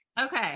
okay